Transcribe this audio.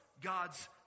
God's